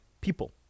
people